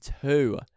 two